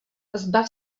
zbav